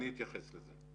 נכון, אני אתייחס לזה.